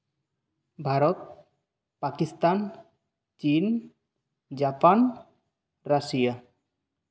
ᱵᱷᱟᱨᱚᱛ ᱯᱟᱠᱤᱥᱛᱟᱱ ᱪᱤᱱ Japan Russia